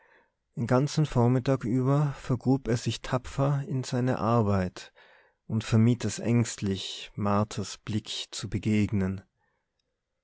den ganzen vormittag über vergrub er sich tapfer in seine arbeit und vermied es ängstlich marthas blick zu begegnen